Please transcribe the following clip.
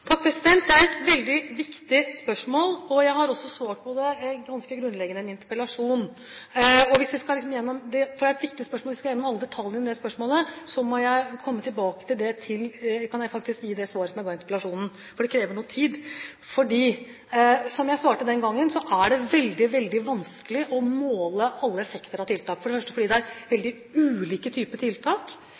Det er et veldig viktig spørsmål, og jeg har også svart på det ganske grunnleggende i en interpellasjon. Hvis vi skal igjennom alle detaljene i det spørsmålet, kan jeg faktisk gi det svaret jeg ga i interpellasjonen. Det krever noe tid, for som jeg svarte den gangen, så er det veldig, veldig vanskelig å måle alle effekter av tiltak, fordi det er veldig ulike typer tiltak.